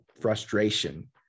frustration